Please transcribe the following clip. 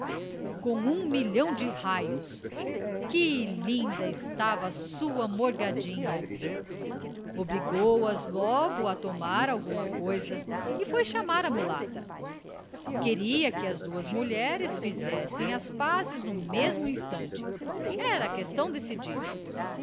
com um milhão de raios que linda estava a sua morgadinha obrigou as logo a tomar alguma coisa e foi chamar a mulata queria que as duas mulheres fizessem as pazes no mesmo instante era questão decidida